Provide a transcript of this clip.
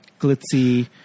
glitzy